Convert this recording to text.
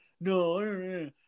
No